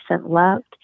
loved